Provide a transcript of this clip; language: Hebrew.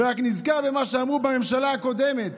ורק נזכר במה שאמרו על הממשלה הקודמת,